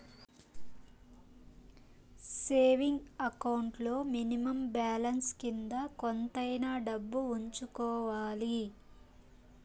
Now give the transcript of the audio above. saving account లో minimum balance కింద కొంతైనా డబ్బు ఉంచుకోవాలి